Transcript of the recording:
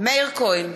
מאיר כהן,